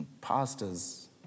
Pastors